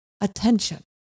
attention